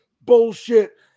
bullshit